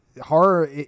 horror